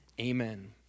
Amen